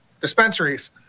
dispensaries